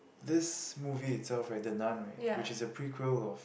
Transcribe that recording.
this movie itself right the Nun right which is the prequel of